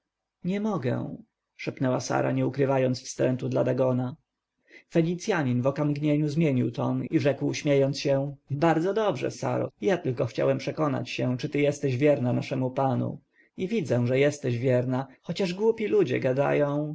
nie mogę szepnęła sara nie ukrywając wstrętu dla dagona fenicjanin w okamgnieniu zmienił ton i rzekł śmiejąc się bardzo dobrze saro ja tylko chciałem przekonać się czy ty jesteś wierna naszemu panu i widzę że jesteś wierna chociaż głupi ludzie gadają